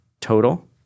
total